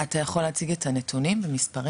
אתה יכול להציג את הנתונים, המספרים?